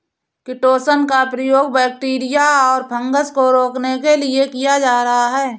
chitosan का प्रयोग bacteria और फँगस को रोकने के लिए किया जा रहा है